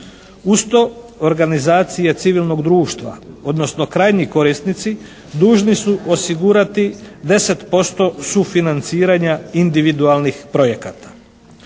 Uz to organizacije civilnog društva, odnosno krajnji korisnici dužni su osigurati 10% sufinanciranja individualnih projekata.